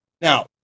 now